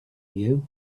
you